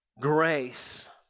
grace